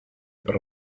per